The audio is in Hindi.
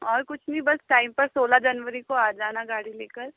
और कुछ नई बस टाइम पर सोलह जनवरी को आ जाना गाड़ी लेकर